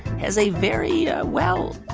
has a very, well,